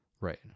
Right